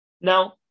Now